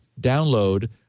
download